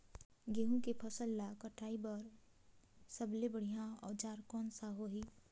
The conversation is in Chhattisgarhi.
गहूं के फसल ला कटाई बार सबले बढ़िया औजार कोन सा होही?